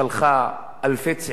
שלחה אלפי צעירים,